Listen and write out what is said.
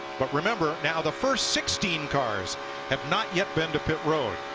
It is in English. but remember, now the first sixteen cars have not yet been to pit row.